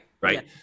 Right